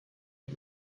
you